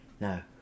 No